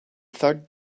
third